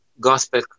gospel